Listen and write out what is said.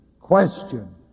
question